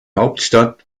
hauptstadt